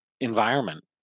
environment